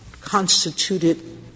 constituted